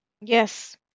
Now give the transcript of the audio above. Yes